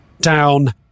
down